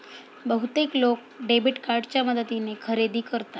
बहुतेक लोक डेबिट कार्डच्या मदतीने खरेदी करतात